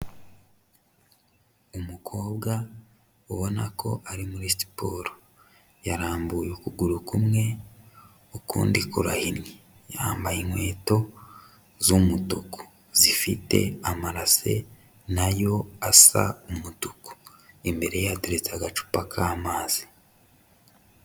Umukobwa ubona ko ari muri siporo, yarambuye ukuguru kumwe ukundi kurahinnye, yambaye inkweto z'umutuku, zifite amarase na yo asa umutuku, imbere ye hateretse agacupa k'amazi.